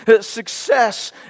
success